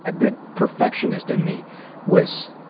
and the perfectionist in me was,